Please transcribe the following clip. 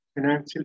financial